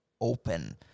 open